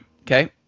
okay